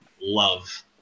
love